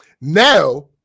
Now